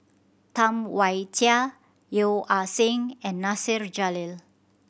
Tam Wai Jia Yeo Ah Seng and Nasir Jalil